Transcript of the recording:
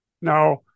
Now